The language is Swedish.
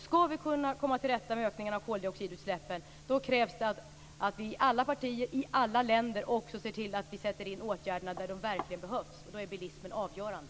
Skall vi kunna komma till rätta med ökningen av koldioxidutsläppen, krävs det att alla partier i alla länder också ser till att sätta in åtgärderna där de verkligen behövs. Då är bilismen avgörande.